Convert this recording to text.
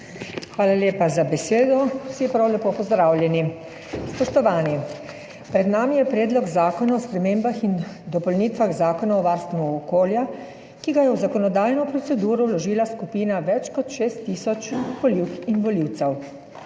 Hvala lepa za besedo. Vsi prav lepo pozdravljeni! Spoštovani, pred nami je Predlog zakona o spremembah in dopolnitvah Zakona o varstvu okolja, ki ga je v zakonodajno proceduro vložila skupina več kot 6 tisoč volivk in volivcev.